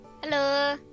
Hello